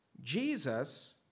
Jesus